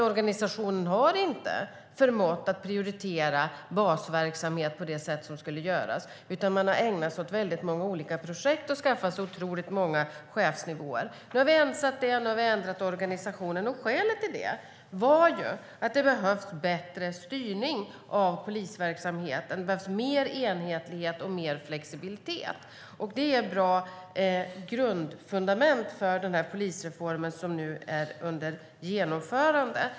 Organisationen har inte förmått att prioritera basverksamhet på det sätt som skulle göras, utan man har ägnat sig åt väldigt många olika projekt och skaffat sig otroligt många chefsnivåer. Nu har vi ensat det, och vi har ändrat organisationen. Skälet till det var ju att det behövdes bättre styrning av polisverksamheten, mer enhetlighet och mer flexibilitet. Det är bra grundfundament för den polisreform som nu är under genomförande.